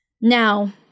Now